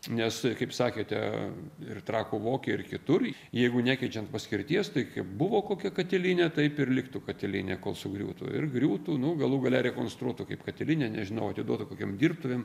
nes kaip sakėte ir trakų vokėj ir kitur jeigu nekeičiant paskirties tai kaip buvo kokia katilinė taip ir liktų katilinė kol sugriūtų ir griūtų nu galų gale rekonstruotų kaip katilinę nežinau atiduotų kokiom dirbtuvėm